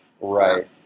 Right